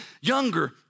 younger